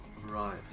Right